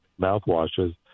mouthwashes